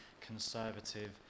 conservative